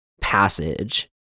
passage